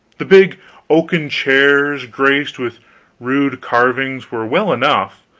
the big oaken chairs, graced with rude carvings, were well enough,